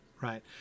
right